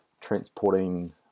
transporting